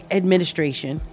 administration